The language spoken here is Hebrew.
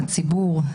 הציבור,